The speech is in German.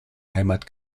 heimat